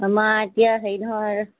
আমাৰ এতিয়া হেৰি নহয়